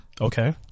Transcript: Okay